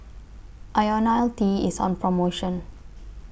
Ionil T IS on promotion